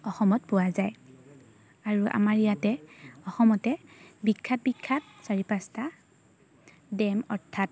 অসমত পোৱা যায় আৰু আমাৰ ইয়াতে অসমতে বিখ্যাত বিখ্যাত চাৰি পাঁচটা ডেম অৰ্থাৎ